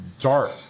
dark